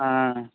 ஆ